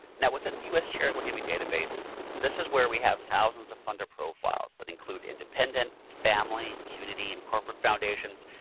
now within the us charitable giving database this is where we have thousands of funder profiles that include independent, family, community, and corporate foundations,